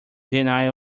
denial